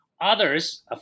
Others